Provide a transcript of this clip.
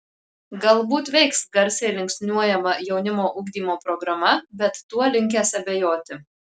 galbūt veiks garsiai linksniuojama jaunimo ugdymo programa bet tuo linkęs abejoti